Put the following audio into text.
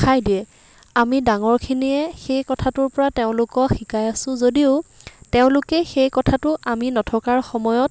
খাই দিয়ে আমি ডাঙৰখিনিয়ে সেই কথাটোৰ পৰা তেওঁলোকক শিকাই আছো যদিও তেওঁলোকে সেই কথাটো আমি নথকাৰ সময়ত